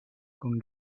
con